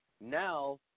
now